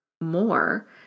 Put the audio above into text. more